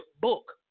book